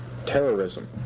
terrorism